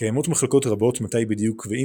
קיימות מחלוקות רבות מתי בדיוק ואם